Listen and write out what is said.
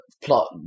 Plot